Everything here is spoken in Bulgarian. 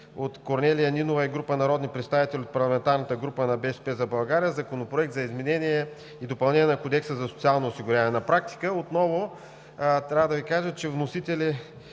от Корнелия Нинова и група народни представители от парламентарната група на „БСП за България“ Законопроект за изменение и допълнение на Кодекса за социално осигуряване. На практика, отново трябва да Ви кажа, че вносител